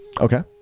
Okay